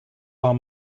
war